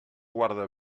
guarda